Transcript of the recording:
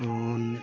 যেমন